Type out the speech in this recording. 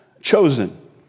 chosen